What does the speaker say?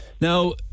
Now